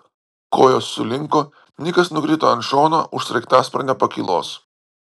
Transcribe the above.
kojos sulinko nikas nukrito ant šono už sraigtasparnio pakylos